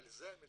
על זה המלחמה,